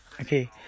Okay